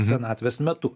senatvės metu